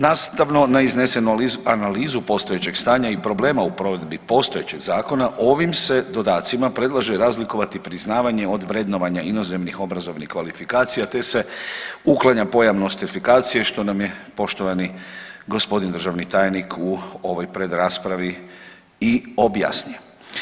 Nastavno na iznesenu analizu postojećeg stanja i problema u provedbi postojećeg zakona ovim se dodacima predlaže razlikovati priznavanje od vrednovanja inozemnih obrazovnih kvalifikacija, te se uklanja pojam nostrifikacije, što nam je poštovani g. državni tajnik u ovoj pred raspravi i objasnio.